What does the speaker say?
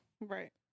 Right